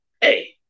hey